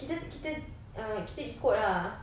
kita kita uh kita ikut ah